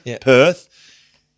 Perth